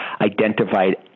identified